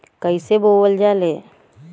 कईसे बोवल जाले?